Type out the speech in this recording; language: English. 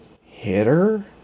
Hitter